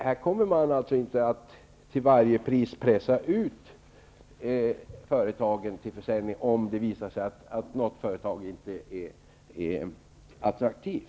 Här kommer man alltså inte att till varje pris pressa ut företagen till försäljning, om det visar sig att något företag inte är attraktivt.